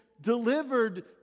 delivered